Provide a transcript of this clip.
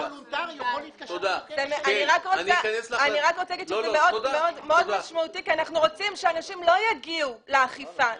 זה משמעותי מאוד כי אנחנו רוצים שאנשים לא יגיעו לאכיפה.